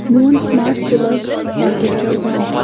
میون smart plug socket کر بند